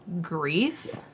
grief